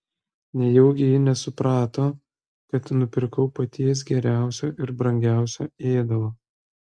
nejaugi ji nesuprato kad nupirkau paties geriausio ir brangiausio ėdalo